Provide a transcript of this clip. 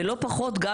ולא פחות גם